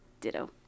Ditto